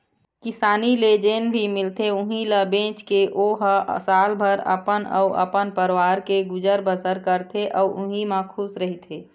किसानी ले जेन भी मिलथे उहीं ल बेचके ओ ह सालभर अपन अउ अपन परवार के गुजर बसर करथे अउ उहीं म खुस रहिथे